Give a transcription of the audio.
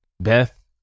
Beth